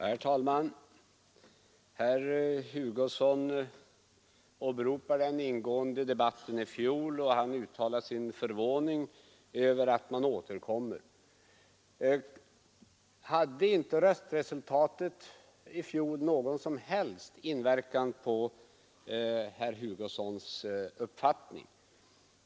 Herr talman! Herr Hugosson åberopade den ingående debatten i denna fråga i fjol och uttalade förvåning över att vi har återkommit i år. Men hade då röstresultatet i fjol ingen som helst inverkan på herr Hugossons uppfattning?